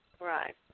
Right